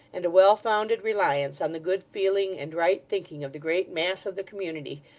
and a well-founded reliance on the good feeling and right thinking of the great mass of the community,